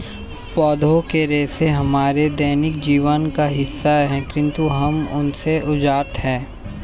पौधों के रेशे हमारे दैनिक जीवन का हिस्सा है, किंतु हम उनसे अज्ञात हैं